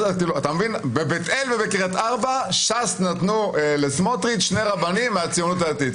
בבית אל ובקרית ארבע ש"ס נתנו לסמוטריץ' שני רבנים מהציונות הדתית.